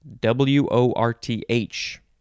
W-O-R-T-H